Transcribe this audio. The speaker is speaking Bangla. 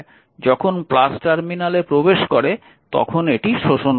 যখন টার্মিনালে প্রবেশ করে তখন এটি শোষণ করা হয়